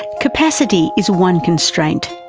capacity is one constraint.